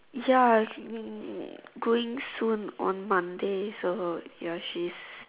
ya hmm going soon on Monday so ya she's